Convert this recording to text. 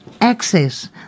access